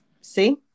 See